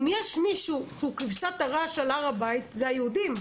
אם יש מישהו שהוא כבשת הרש על הר הבית זה היהודים.